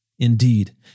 Indeed